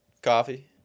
Coffee